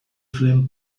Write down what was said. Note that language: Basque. zuen